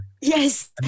Yes